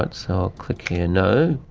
but so i'll click here, no.